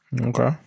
Okay